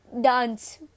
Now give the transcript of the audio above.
dance